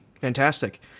Fantastic